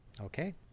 Okay